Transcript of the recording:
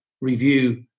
review